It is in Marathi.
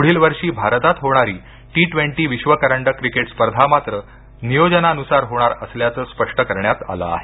पुढील वर्षी भारतात होणारी टी ट्वेंटी विश्वकरंडक क्रिकेट स्पर्धा मात्र नियोजननुसार होणार असल्याचं स्पष्ट करण्यात आलं आहे